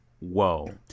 Whoa